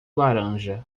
laranja